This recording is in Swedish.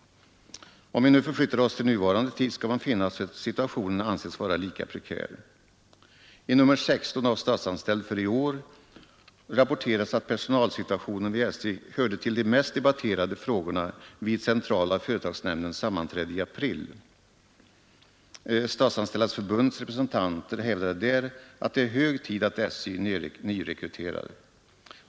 Om vi nu förflyttar oss till nuvarande tid skall vi finna att situationen anses vara lika prekär. I nr 16 av Statsanställd för i år rapporteras att personalsituationen vid SJ hörde till de mest debatterade frågorna vid centrala företagsnämndens sammanträde i april. Statsanställdas förbunds representanter hävdade där att det är hög tid att SJ nyrekryterar.